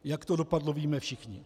Jak to dopadlo, víme všichni.